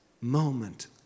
moment